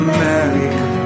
America